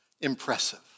Impressive